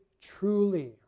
truly